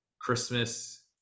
Christmas